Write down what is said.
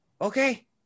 Okay